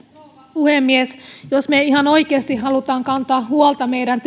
puhemies jos me ihan oikeasti haluamme kantaa huolta meidän